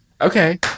Okay